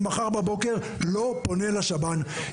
ממחר בבוקר לא פונה לשב"ן.